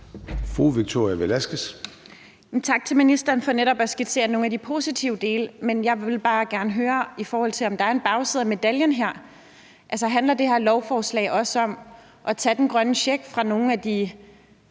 Victoria Velasquez (EL): Tak til ministeren for netop at skitsere nogle af de positive dele. Men jeg vil bare gerne høre, om der er en bagside af medaljen her. Altså, handler det her lovforslag også om at tage den grønne check fra nogle af dem